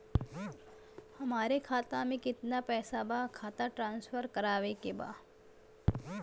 हमारे खाता में कितना पैसा बा खाता ट्रांसफर करावे के बा?